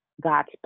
God's